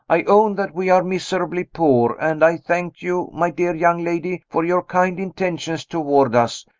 i own that we are miserably poor and i thank you, my dear young lady, for your kind intentions toward us,